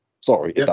Sorry